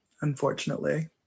Unfortunately